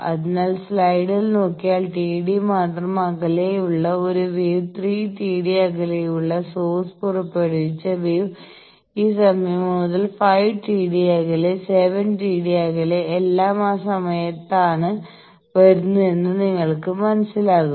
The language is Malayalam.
അതിനാൽ സ്ലൈഡിൽ നോക്കിയാൽ Td മാത്രം അകലെയുള്ള ഒരു വേവ് 3 T d അകലെയുള്ള സോഴ്സ് പുറപ്പെടുവിച്ച വേവ് ഈ സമയം മുതൽ 5 Td അകലെ 7 Td അകലെ എല്ലാം ആ സമയത്താണ് വരുന്നതെന്ന് നിങ്ങൾക്ക് മനസ്സിലാകും